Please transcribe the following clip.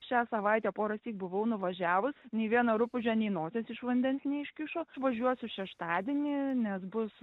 šią savaitę porąsyk buvau nuvažiavus nei viena rupūžė nei nosies iš vandens neiškišo važiuosiu šeštadienį nes bus